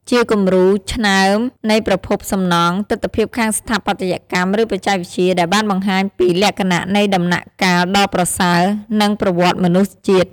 ជាគំរូឆ្នើមនៃប្រភេទសំណង់ ទិដ្ឋភាពខាងស្ថាបត្យកម្ម ឬបច្ចេកវិទ្យា ដែលបានបង្ហាញពី លក្ខណៈនៃដំណាក់កាលដ៏ប្រសើរ និងប្រវត្តិមនុស្សជាតិ។